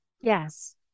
Yes